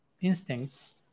instincts